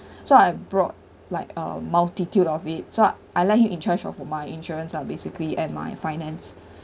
so I brought like a multitude of it so I let him in charge of my insurance lah basically and my finance